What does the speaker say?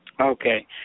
Okay